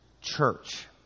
church